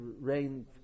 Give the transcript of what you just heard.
rain